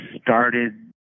started